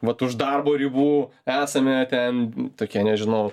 vat už darbo ribų esame ten tokie nežinau